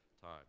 time